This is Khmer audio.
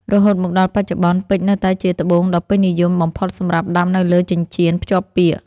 រហូតមកដល់បច្ចុប្បន្ន ពេជ្រនៅតែជាត្បូងដ៏ពេញនិយមបំផុតសម្រាប់ដាំនៅលើចិញ្ចៀនភ្ជាប់ពាក្យ។